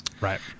Right